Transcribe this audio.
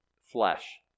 flesh